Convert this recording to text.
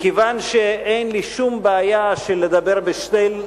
מכיוון שאין לי שום בעיה של לדבר בשתי,